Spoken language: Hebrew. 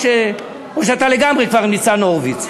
או שאתה לגמרי כבר ניצן הורוביץ?